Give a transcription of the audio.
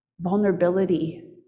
vulnerability